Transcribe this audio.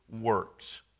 works